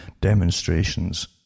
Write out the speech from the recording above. demonstrations